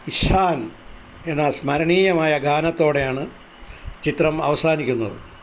ഇഷാൻ എന്ന സ്മരണീയമായ ഗാനത്തോടെയാണ് ചിത്രം അവസാനിക്കുന്നത്